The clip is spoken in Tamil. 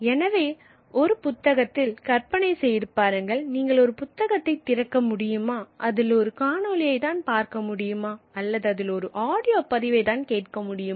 எனவே ஒரு புத்தகத்தில் கற்பனை செய்து பாருங்கள் நீங்கள் ஒரு புத்தகத்தை திறந்து அதில் ஒரு காணொளியை தான் பார்க்க முடியுமா அல்லது அதில் ஒரு ஆடியோ பதிவை தான் கேட்க முடியுமா